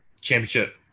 championship